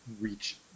reach